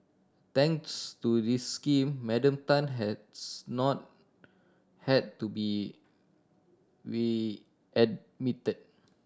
thanks to this scheme Madam Tan has not had to be